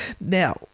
Now